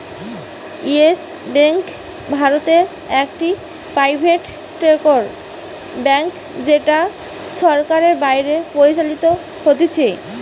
yes Bank ভারতে একটি private sector bank যেটা সরকারের বাইরে পরিচালিত হতিছে